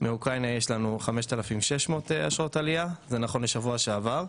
מאוקראינה יש לנו 5,600 אשרות עלייה נכון לשבוע שעבר.